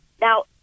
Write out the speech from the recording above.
Now